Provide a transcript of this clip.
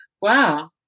Wow